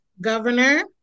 governor